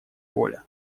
воля